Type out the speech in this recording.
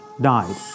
died